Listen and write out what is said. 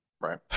right